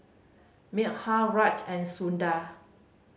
Milkha Raj and Sundar